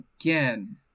again